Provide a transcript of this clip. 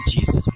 Jesus